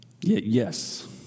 yes